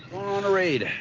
on a raid.